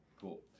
Cool